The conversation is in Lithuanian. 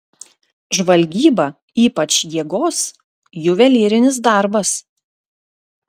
žvalgyba ypač jėgos juvelyrinis darbas